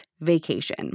vacation